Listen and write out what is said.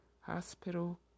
hospital